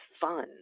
fun